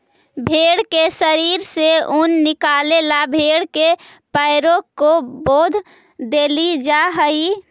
भेंड़ के शरीर से ऊन निकाले ला भेड़ के पैरों को बाँध देईल जा हई